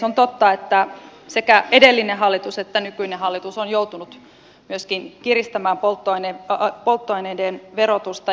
on totta että sekä edellinen hallitus että nykyinen hallitus on joutunut myöskin kiristämään polttoaineiden verotusta